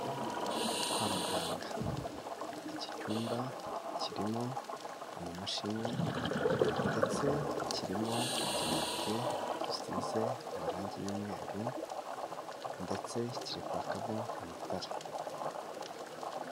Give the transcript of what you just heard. Kwa muganga, iki cyumba kirimo amamashini ndetse kirimo utubati dusize amarangi y'umweru, ndetse kirekwakamo amatara.